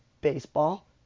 baseball